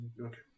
okay